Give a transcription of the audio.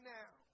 now